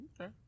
Okay